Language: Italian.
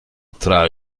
tra